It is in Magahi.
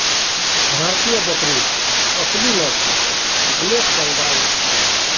भारतीय बकरीत असली नस्ल ब्लैक बंगाल छिके